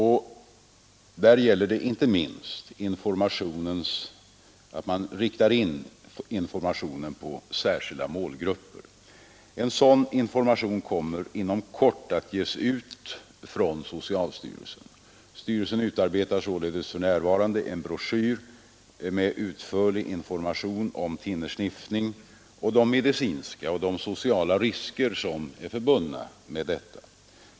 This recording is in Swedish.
Här gäller det inte minst att man riktar in informationen på särskilda målgrupper. En sådan information kommer inom kort att ges ut från socialstyrelsen. Styrelsen utarbetar således för närvarande en broschyr med utförlig information om thinnersniffning och de medicinska och sociala risker som är förbundna med denna.